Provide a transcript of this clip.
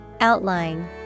Outline